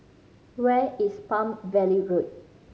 where is Palm Valley Road